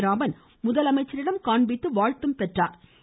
ராமன் முதலமைச்சரிடம் காண்பித்து வாழ்த்து பெற்றாா்